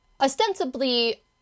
ostensibly